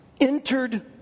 entered